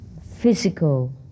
physical